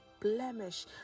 blemish